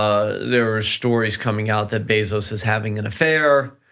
um there were stories coming out that bezos is having an affair,